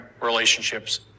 relationships